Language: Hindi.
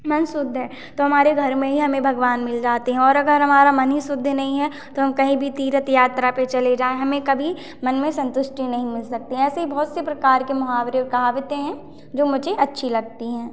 मन शुद्ध है तो हमारे घर में ही हमें भगवान मिल जाते हैं और अगर हमारा मन ही शुद्ध नहीं है तो हम कहीं भी तीर्थ यात्रा पर चले जाएँ हमें कभी मन में संतुष्टि नहीं मिल सकती ऐसे ही बहुत से प्रकार के मुहावरे कहावते हैं जो मुझे अच्छी लगती हैं